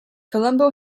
colombo